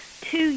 two